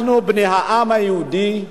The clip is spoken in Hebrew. אנחנו, בני העם היהודי,